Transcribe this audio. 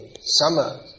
summer